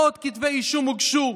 מאות כתבי אישום הוגשו.